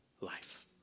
life